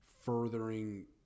furthering